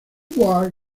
war